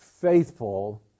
faithful